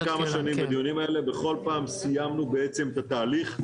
בכל פעם סיימנו בעצם את התהליך,